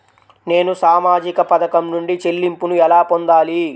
నేను సామాజిక పథకం నుండి చెల్లింపును ఎలా పొందాలి?